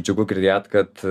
džiugu girdėt kad